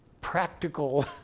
practical